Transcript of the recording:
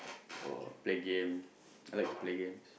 or play game I like to play games